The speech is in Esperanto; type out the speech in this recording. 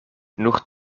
nur